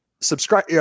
subscribe